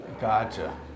Gotcha